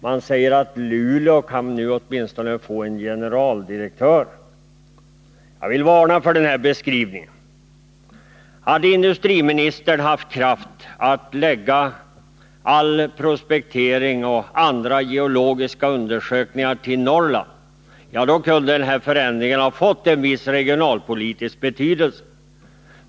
Man säger att Luleå kan nu åtminstone få en generaldirektör. Jag vill varna för den beskrivningen. Om industriministern haft kraft att förlägga all prospektering och andra geologiska undersökningar till Norrland, då kunde förändringen ha fått en viss regionalpolitisk betydelse.